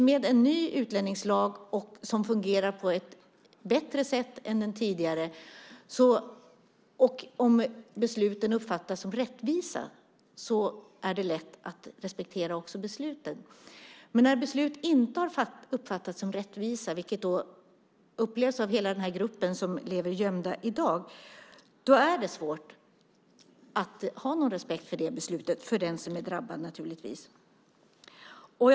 Med en ny utlänningslag som fungerar på ett bättre sätt än den tidigare och om besluten uppfattas som rättvisa är det lätt att också respektera besluten. Men när besluten inte har uppfattats som rättvisa, vilket man gör i hela den grupp personer som lever gömda i dag, så är det svårt att för den som blir drabbad att ha respekt för beslutet.